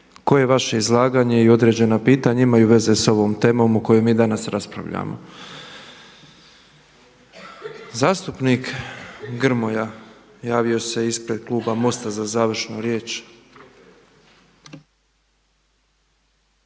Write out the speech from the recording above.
koje vaše izlaganje i određena pitanja imaju veze sa ovom temom o kojoj mi danas raspravljamo. Zastupnik Grmoja javio se ispred Kluba Mosta za završnu riječ.